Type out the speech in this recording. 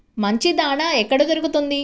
మంచి దాణా ఎక్కడ దొరుకుతుంది?